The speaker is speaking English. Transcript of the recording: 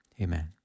Amen